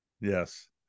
yes